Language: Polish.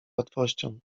łatwością